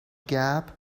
gap